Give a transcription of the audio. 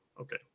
Okay